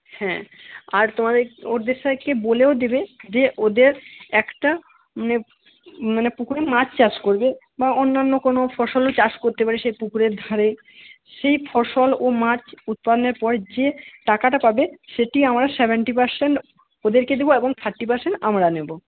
হ্যাঁ আর তোমাদের ওদের সবাইকে বলেও দেবে যে ওদের একটা মানে মানে পুকুরে মাছ চাষ করবে বা অন্যান্য কোনো ফসলের চাষ করতে পারে সেই পুকুরের ধারে সেই ফসল ও মাছ উৎপন্নের পরে যে টাকাটা পাবে সেটি আমরা সেভেনটি পার্সেন্ট ওদেরকে দেবো এবং থার্টি পার্সেন্ট আমরা নেবো